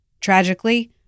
Tragically